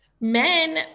Men